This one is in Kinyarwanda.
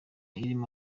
irimo